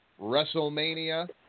WrestleMania